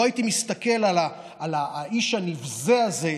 לא הייתי מסתכל על האיש הנבזה הזה,